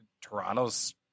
Toronto's